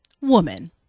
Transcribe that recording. Woman